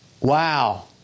Wow